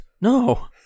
No